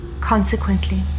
Consequently